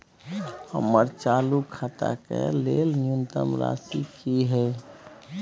हमर चालू खाता के लेल न्यूनतम शेष राशि की हय?